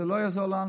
לא יעזור לנו.